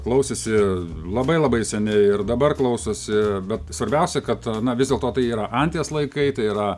klausėsi labai labai seniai ir dabar klausosi bet svarbiausia kad na vis dėlto tai yra anties laikai tai yra